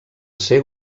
ser